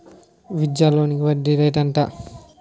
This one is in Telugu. విద్యా లోనికి వడ్డీ రేటు ఎంత?